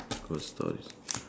go stories